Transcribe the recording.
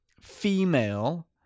female